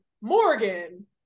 Morgan